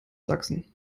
sachsen